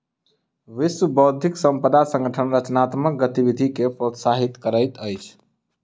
विश्व बौद्धिक संपदा संगठन रचनात्मक गतिविधि के प्रोत्साहित करैत अछि